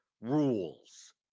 rules